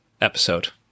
episode